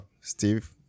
Steve